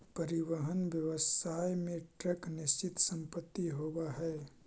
परिवहन व्यवसाय में ट्रक निश्चित संपत्ति होवऽ हई